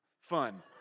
fun